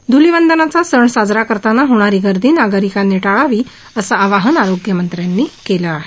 ध्लिवंदनाचा सण साजरा करताना होणारी गर्दी नागरिकांनी टाळावी असं आवाहन आरोग्यमंत्र्यांनी केलं आहे